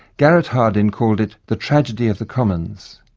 garret hardin called it the tragedy of the commons.